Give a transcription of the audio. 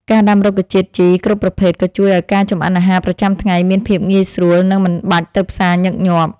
ការដាំរុក្ខជាតិជីរ គ្រប់ប្រភេទក៏ជួយឱ្យការចម្អិនអាហារប្រចាំថ្ងៃមានភាពងាយស្រួល និងមិនបាច់ទៅផ្សារញឹកញាប់។